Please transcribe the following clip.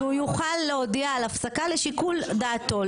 הוא יוכל להודיע על הפסקה על פי שיקול דעתו,